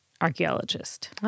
archaeologist